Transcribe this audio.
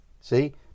see